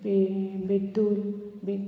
मागीर बित्तूर बी